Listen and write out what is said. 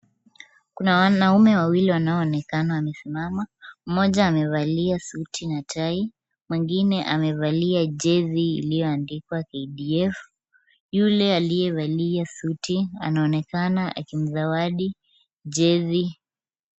Kuna wanaume wawili wanoanekana wamesimama. Mmoja amevalia suti na tai, mwingine amevalia jezi iliyoandikwa KDF. Yule aliyevalia suti, anaonekana akimzawadi jezi.